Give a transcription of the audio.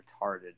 retarded